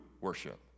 worship